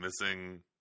missing